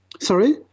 Sorry